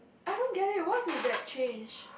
I don't get it what's with that change